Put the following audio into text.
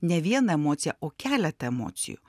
ne vieną emociją o keletą emocijų